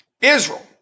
Israel